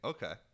Okay